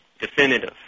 definitive